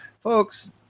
Folks